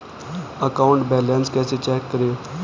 Account balance कैसे check करें?